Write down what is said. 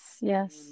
yes